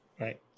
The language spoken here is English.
Right